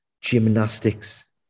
gymnastics